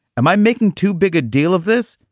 am i making too big a deal of this?